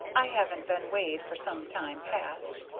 i haven't been weighed for some time past.